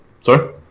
Sorry